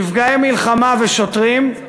נפגעי מלחמה ושוטרים,